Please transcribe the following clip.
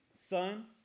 son